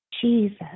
Jesus